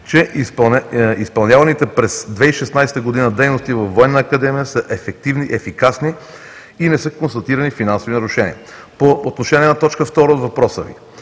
че изпълняваните през 2016 г. дейности във Военна академия са ефективни, ефикасни и не са констатирани финансови нарушения. По отношение на точка втора от въпроса Ви